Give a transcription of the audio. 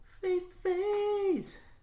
Face-to-face